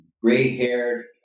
Gray-haired